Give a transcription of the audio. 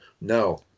no